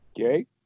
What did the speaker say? Okay